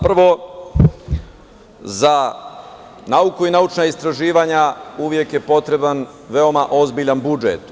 Prvo, za nauku i naučna istraživanja uvek je potreban veoma ozbiljan budžet.